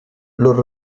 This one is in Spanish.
los